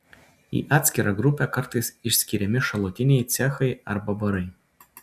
į atskirą grupę kartais išskiriami šalutiniai cechai arba barai